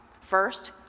first